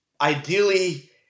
ideally